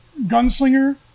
gunslinger